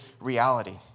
reality